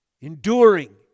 enduring